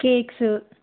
cakes